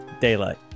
daylight